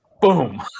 Boom